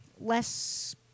less